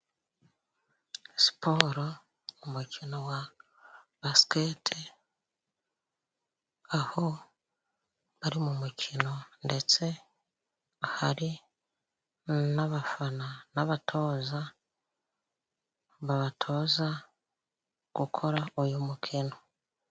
Siporo umukino wa basiketi, aho ari mu mukino ndetse hari n'abafana n'abatoza, babatoza gukora uyu mukino.